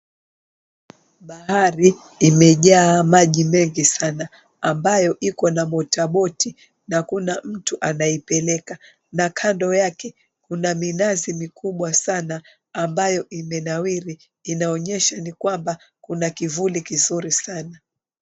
Bahari imejaa maji mengi sana ambayo iko na motaboti na iko na mtu anaipeleka na kando yake kuna minazi mikubwa sana ambayo imenawiri, inaonyesha ya kwamba kuna kivuli kizuri sana.